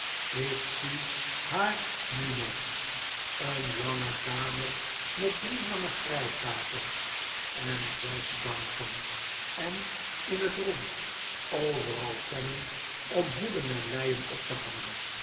ik zie haar nu nog een lange kamer met drie lange schrijftafels en zes banken en in het rond overal pennen om hoeden en leien op te hangen